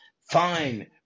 fine